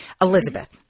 elizabeth